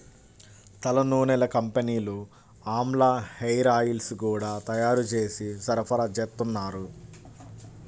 తలనూనెల కంపెనీలు ఆమ్లా హేరాయిల్స్ గూడా తయ్యారు జేసి సరఫరాచేత్తన్నారు